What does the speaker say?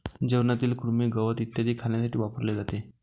जेवणातील कृमी, गवत इत्यादी खाण्यासाठी वापरले जाते